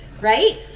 Right